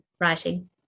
Writing